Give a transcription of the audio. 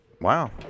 Wow